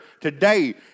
today